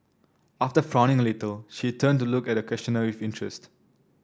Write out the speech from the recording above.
after frowning a little she turned to look at the questioner with interest